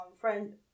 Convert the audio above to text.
friend